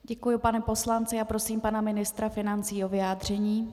Děkuji panu poslanci a prosím pana ministra financí o vyjádření.